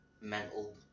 mental